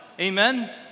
Amen